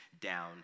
down